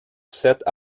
sept